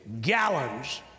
gallons